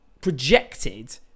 projected